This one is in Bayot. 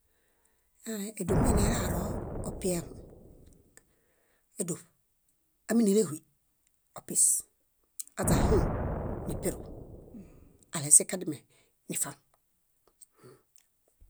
Ãã édoṗ miinialalo opie. Édoṗ, áminelehuy, opis. Aźahũ, nipiru. Alezĩkadime, nifaŋ.